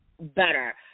better